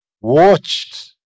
watched